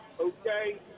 okay